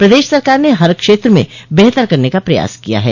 प्रदेश सरकार ने हर क्षेत्र में बेहतर करने का प्रयास किया है